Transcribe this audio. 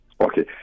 Okay